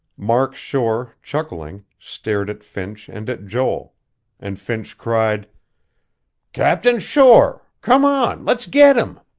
mark shore, chuckling, stared at finch and at joel and finch cried captain shore. come on. let's get him.